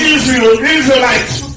Israelites